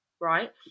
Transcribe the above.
right